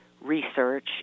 research